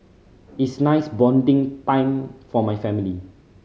is nice bonding time for my family